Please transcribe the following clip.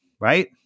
right